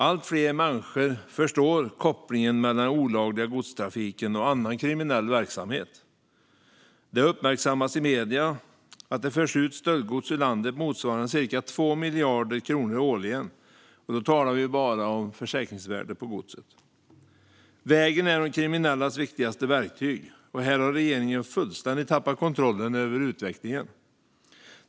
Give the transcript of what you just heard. Allt fler människor förstår kopplingen mellan den olagliga godstrafiken och annan kriminell verksamhet. Det har uppmärksammats i medierna att det förs ut stöldgods ur landet motsvarande cirka 2 miljarder kronor årligen, och då talar vi bara om det gods som är försäkrat. Vägen är de kriminellas viktigaste verktyg, och regeringen har fullständigt tappat kontrollen över utvecklingen.